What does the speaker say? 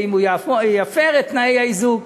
ואם יפרו את תנאי האיזוק,